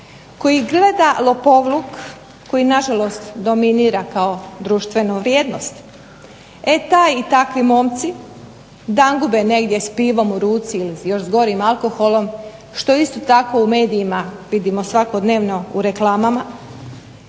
koji gleda lopovluk koji nažalost dominira kao društvena vrijednost. E taj i takvi momci dangube negdje s pivom u ruci ili s još gorim alkoholom što isto tako u medijima vidimo svakodnevno u reklamama,